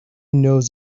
knows